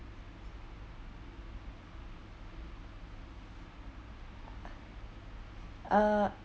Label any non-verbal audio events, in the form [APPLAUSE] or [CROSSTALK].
[NOISE] uh